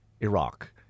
Iraq